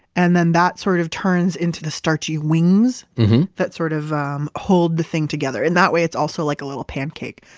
and then that sort of turns into the starchy wings that sort of um hold the thing together. and that way it's also like a little pancake.